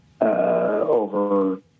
over